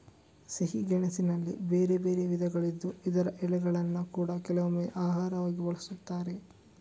ಸಿಹಿ ಗೆಣಸಿನಲ್ಲಿ ಬೇರೆ ಬೇರೆ ವಿಧಗಳಿದ್ದು ಇದರ ಎಲೆಗಳನ್ನ ಕೂಡಾ ಕೆಲವೊಮ್ಮೆ ಆಹಾರವಾಗಿ ಬಳಸ್ತಾರೆ